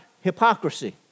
hypocrisy